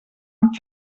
amb